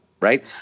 right